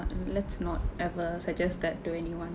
let's not ever suggest that to anyone